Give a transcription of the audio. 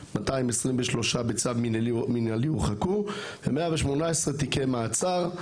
231 הורחקו בצו מנהלי ו-118 תיקי מעצר.